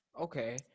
Okay